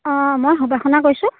অ' মই সুবাসনা কৈছোঁ